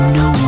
no